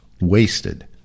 wasted